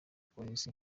polisi